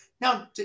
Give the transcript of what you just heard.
Now